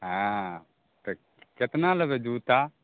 हँ तऽ केतना लेबै जूता